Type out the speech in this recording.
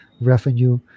revenue